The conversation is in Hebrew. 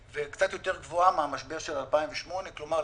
וקצת יותר גבוהה מהמשבר של 2008. כלומר,